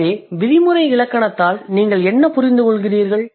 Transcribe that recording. எனவே விதிமுறை இலக்கணத்தால் நீங்கள் என்ன புரிந்துகொள்கிறீர்கள்